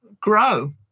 grow